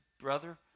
brother